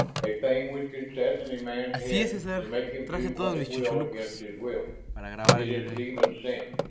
a thing which can sit in a man's head and make him do what it will against his will it is demon sent!